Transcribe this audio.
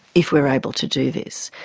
if we're able to do this.